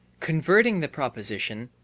converting the proposition,